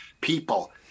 people